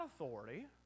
authority